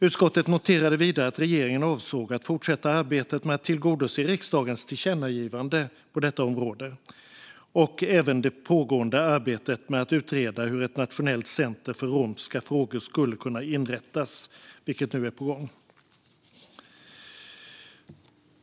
Utskottet noterade vidare att regeringen avsåg att fortsätta arbetet med att tillgodose riksdagens tillkännagivande på detta område och även det pågående arbetet med att utreda hur ett nationellt center för romska frågor skulle kunna inrättas, vilket nu är på gång.